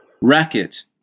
Racket